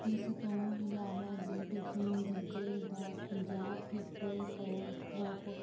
ਇਸ ਤੋਂ ਇਲਾਵਾ ਜੇ ਤੁਸੀਂ ਜਾਂ ਹਿਪ ਹੋ ਹੋਪ